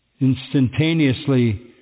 instantaneously